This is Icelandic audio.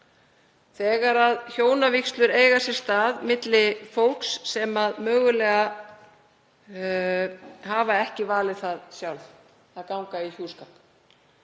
þegar hjónavígslur eiga sér stað milli fólks sem mögulega hefur ekki valið sjálft að ganga í hjúskap.